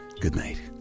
goodnight